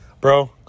Bro